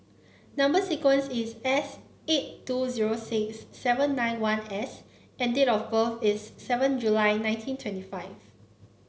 number sequence is S eight two zero six seven nine one S and date of birth is seven July nineteen twenty five